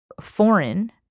foreign